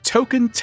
Token